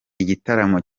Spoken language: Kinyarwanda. igitaramo